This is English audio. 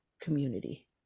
community